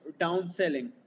downselling